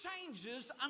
changes